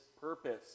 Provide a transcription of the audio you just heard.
purpose